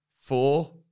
Four